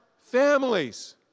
families